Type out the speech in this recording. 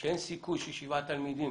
שאין סיכוי ששבעה תלמידים,